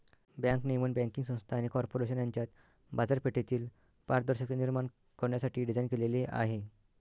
bank नियमन banking संस्था आणि कॉर्पोरेशन यांच्यात बाजारपेठेतील पारदर्शकता निर्माण करण्यासाठी डिझाइन केलेले आहे